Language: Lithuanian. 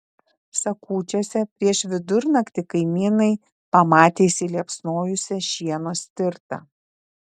sakūčiuose prieš vidurnaktį kaimynai pamatė įsiliepsnojusią šieno stirtą